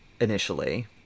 initially